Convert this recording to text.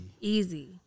Easy